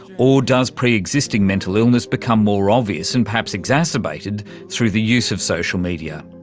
or does pre-existing mental illness become more obvious and perhaps exacerbated through the use of social media?